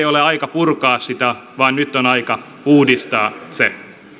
ole aika purkaa sitä vaan nyt on aika uudistaa se